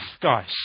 guys